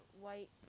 white